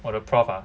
我的 prof ah